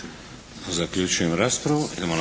Zaključujem raspravu.